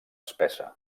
espessa